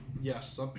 yes